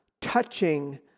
touching